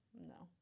no